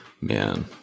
man